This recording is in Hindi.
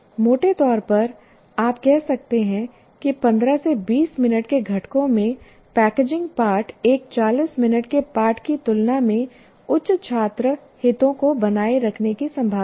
मोटे तौर पर आप कह सकते हैं कि 15 से 20 मिनट के घटकों में पैकेजिंग पाठ एक 40 मिनट के पाठ की तुलना में उच्च छात्र हितों को बनाए रखने की संभावना है